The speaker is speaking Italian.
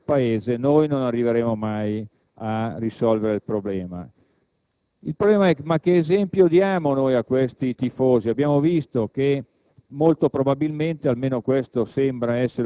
di vasti strati della cultura italiana, non arriveremo mai a risolvere il problema. Il problema è questo: che esempio diamo ai tifosi? Abbiamo visto che